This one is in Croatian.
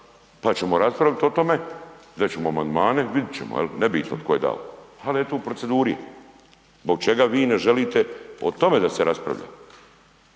pa ćemo raspraviti o tome, dat ćemo amandmane i vidjet ćemo jel, nebitno tko je dao, ali eto u proceduri je. Zbog čega vi ne želite o tome da se raspravlja?